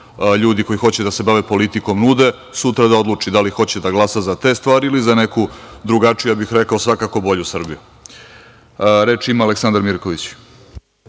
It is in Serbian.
ljudi koji hoće da se bave politikom nude, sutra da odluči da li hoće da glasa za te stvari ili za neku drugačiju, ja bih rekao, svakako bolju Srbiju. Reč ima Aleksandar Mirković.